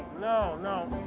no, no.